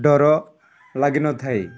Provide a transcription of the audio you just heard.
ଡର ଲାଗିନଥାଏ